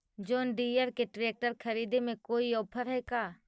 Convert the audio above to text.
जोन Deere के tractor खरिदे में कोई औफर है का?